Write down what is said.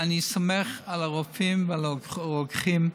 סומך על הרופאים ועל הרוקחים,